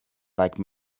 like